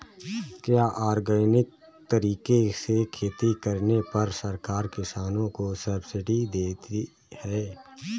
क्या ऑर्गेनिक तरीके से खेती करने पर सरकार किसानों को सब्सिडी देती है?